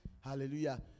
Hallelujah